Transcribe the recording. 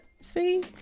See